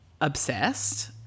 obsessed